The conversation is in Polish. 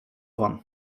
wan